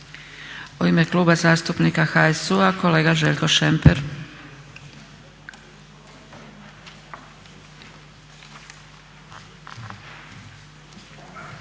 U ime Kluba zastupnika HSU-a kolega Željko Šemper.